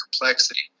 complexity